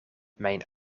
mijn